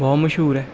ਬਹੁਤ ਮਸ਼ਹੂਰ ਹੈ